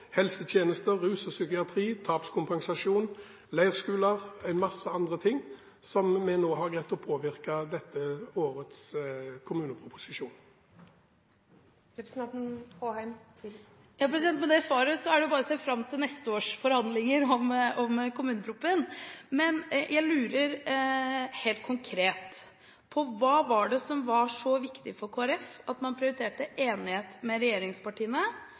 helsetjenester, rus, psykiatri, tapskompensasjon, leirskoler og en masse andre ting, som vi har greid å påvirke i årets kommuneproposisjon. Med det svaret er det bare å se fram til neste års forhandlinger om kommuneproposisjonen. Men jeg lurer helt konkret på hva som var så viktig for Kristelig Folkeparti, når man prioriterte enighet med regjeringspartiene